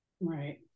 Right